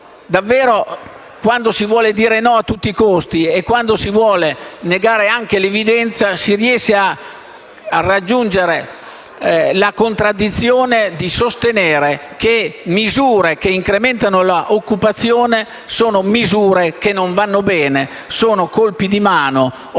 Davvero, quando si vuole dire di no a tutti i costi e quando si vuole negare anche l'evidenza, si riesce a raggiungere la contraddizione di sostenere che misure che incrementano l'occupazione sono misure che non vanno bene, sono colpi di mano o sono